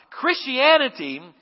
Christianity